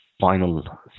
final